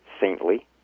saintly